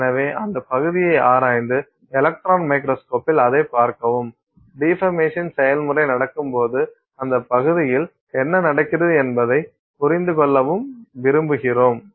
எனவே அந்த பகுதியை ஆராய்ந்து எலக்ட்ரான் மைக்ரோஸ்கோப்பில் அதைப் பார்க்கவும் டிபர்மேஷன் செயல்முறை நடக்கும்போது அந்த பகுதியில் என்ன நடக்கிறது என்பதைப் புரிந்துகொள்ளவும் விரும்புகிறோம்